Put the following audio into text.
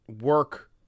work